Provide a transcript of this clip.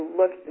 look